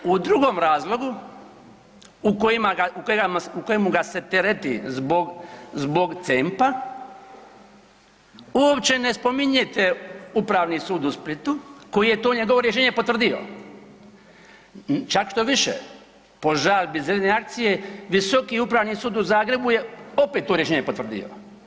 U drugom, u drugom razlogu u kojemu ga se tereti zbog CEMP-a uopće ne spominjete Upravni sud u Splitu koji je to njegovo rješenje potvrdio i čak što više po žalbi zelene akcije Visoki upravni sud u Zagrebu je opet to rješenje potvrdio.